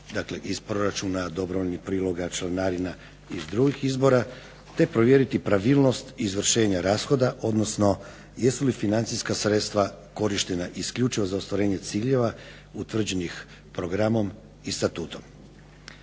prihoda iz proračuna, dobrovoljnih priloga članarina i drugih izvora te provjeriti pravilnost izvršenja rashoda odnosno jesu li financijska sredstva korištena isključivo za ostvarenje ciljeva utvrđenih programom i statutom.